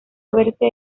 haberse